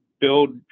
build